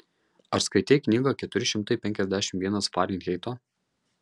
ar skaitei knygą keturi šimtai penkiasdešimt vienas farenheito